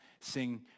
sing